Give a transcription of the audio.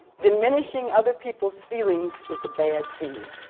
diminishing other people's feelings is a bad scene.